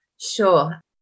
Sure